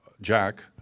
Jack